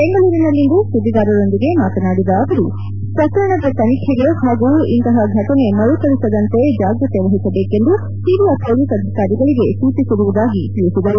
ಬೆಂಗಳೂರಿನಲ್ಲಿಂದು ಸುದ್ದಿಗಾರರೊಂದಿಗೆ ಮಾತನಾಡಿದ ಅವರು ಪ್ರಕರಣದ ತನಿಖೆಗೆ ಹಾಗೂ ಇಂತ ಫಟನೆ ಮರುಕಳಿಸಿದಂತೆ ಜಾಗ್ರತೆ ವಹಿಸಬೇಕೆಂದು ಹಿರಿಯ ಪೊಲೀಸ್ ಅಧಿಕಾರಿಗಳಿಗೆ ಸೂಚಿಸಿರುವುದಾಗಿ ತಿಳಿಸಿದರು